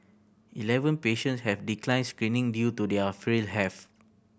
eleven patients have declined screening due to their frail health